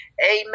amen